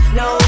no